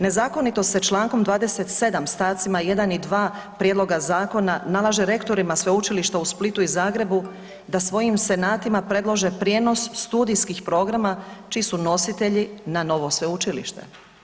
Nezakonito se čl. 27. st. 1. i 2. prijedloga zakona nalaže rektorima sveučilišta u Splitu i Zagrebu da svojim senatima predlože prijenos studijskih programa čiji su nositelji na novo sveučilište.